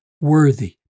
worthy